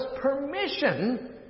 permission